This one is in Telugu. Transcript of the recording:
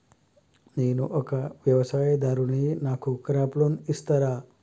నేను ఒక వ్యవసాయదారుడిని నాకు క్రాప్ లోన్ ఇస్తారా?